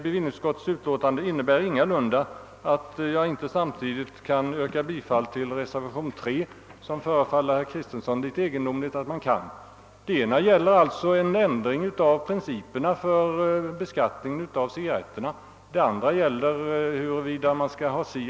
Detta yrkande innebär ingalunda att jag inte samtidigt kan yrka bifall till reservationen 3, även om det föreföll herr Kristenson något egendomligt att göra så. Den ena reservationen gäller en ändring av principerna för beskattningen av cigarretter medan den andra gäller tobaksskattens höjd.